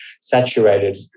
Saturated